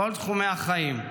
על כל תחומי החיים.